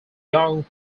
young